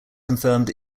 confirmed